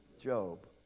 Job